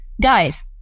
Guys